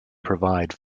provide